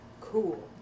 cool